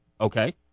Okay